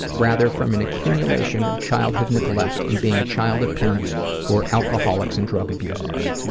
rather from an accumulation of childhood neglect and being a child of parents who were alcoholics and drug abusers.